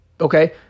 Okay